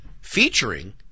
featuring